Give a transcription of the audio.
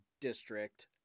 district